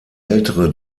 ältere